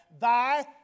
thy